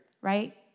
right